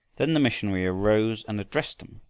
then the missionary arose and addressed them.